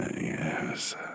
yes